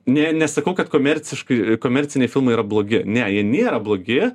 ne nesakau kad komerciška komerciniai filmai yra blogi ne jie nėra blogi